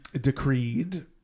decreed